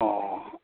ꯑꯣ